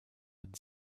had